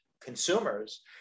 consumers